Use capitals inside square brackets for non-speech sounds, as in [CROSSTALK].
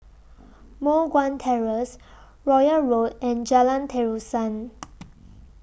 Moh Guan Terrace Royal Road and Jalan Terusan [NOISE]